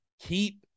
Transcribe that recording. keep